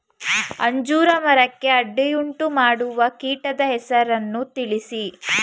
ಅಂಜೂರ ಮರಕ್ಕೆ ಅಡ್ಡಿಯುಂಟುಮಾಡುವ ಕೀಟದ ಹೆಸರನ್ನು ತಿಳಿಸಿ?